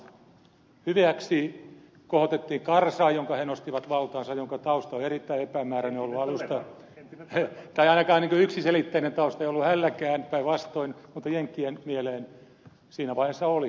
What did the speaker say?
hyväksi kohotettiin karzai jonka he nostivat valtaansa jonka tausta on erittäin epämääräinen ollut alusta tai ainakaan niin kuin yksiselitteinen tausta ei ollut hänelläkään päinvastoin mutta jenkkien mieleen siinä vaiheessa oli